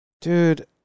dude